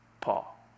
Paul